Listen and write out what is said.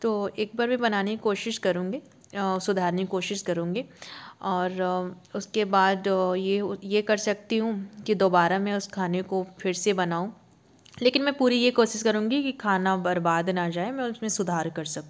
तो एक बार मे बनाने की कोशिश करूँगी सुधारने की कोशिस करूँगी और उसके बाद ये ये कर सकती हूँ कि दोबारा मैं उस खाने काे फिर से बनाऊँ लेकिन मैं पूरी ये कोशिश करूँगी कि खाना बर्बाद ना जाए मैं उसमें सुधार कर सकूँ